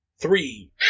Three